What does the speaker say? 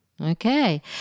Okay